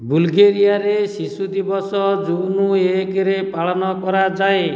ବୁଲଗେରିଆରେ ଶିଶୁ ଦିବସ ଜୁନ ଏକରେ ପାଳନ କରାଯାଏ